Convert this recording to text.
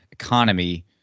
Economy